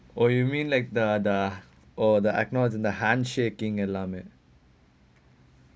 oh you mean like the the oh the handshaking alarm eh